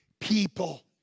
People